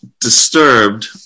disturbed